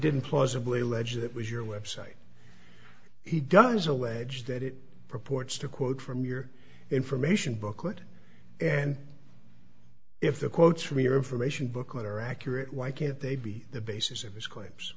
didn't plausibly allege that was your website he done as a way that it purports to quote from your information booklet and if the quotes from your information booklet are accurate why can't they be the basis of these claims